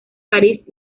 parís